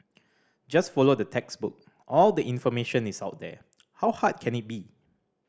just follow the textbook all the information is out there how hard can it be